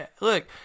look